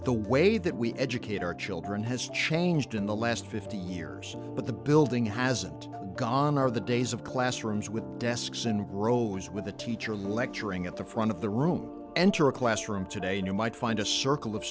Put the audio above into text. the way that we educate our children has changed in the last fifty years but the building hasn't gone are the days of classrooms with desks and rows with a teacher lecturing at the front of the room enter a classroom today and you might find a circle of